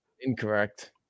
Incorrect